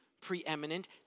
preeminent